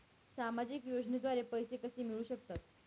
सामाजिक योजनेद्वारे पैसे कसे मिळू शकतात?